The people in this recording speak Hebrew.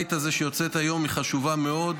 שיוצאת היום מהבית הזה, היא חשובה מאוד.